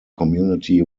community